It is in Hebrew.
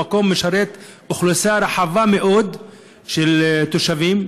המקום משרת אוכלוסייה רחבה מאוד של תושבים,